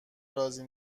راضی